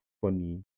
funny